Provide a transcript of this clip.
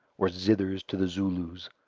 or zithers to the zulus.